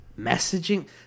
messaging